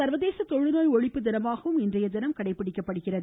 சர்வதேச தொழுநோய் ஒழிப்பு தினமாகவும் இன்றைய கினம் கடைபிடிக்கப்படுகிறது